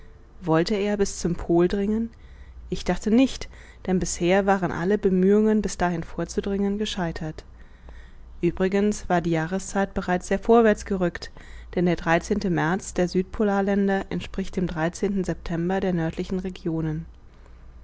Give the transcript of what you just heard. wollte er bis zum pol dringen ich dachte nicht denn bisher waren alle bemühungen bis dahin vorzudringen gescheitert uebrigens war die jahreszeit bereits sehr vorwärts gerückt denn der märz der südpolarländer entspricht dem september der nördlichen regionen